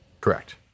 Correct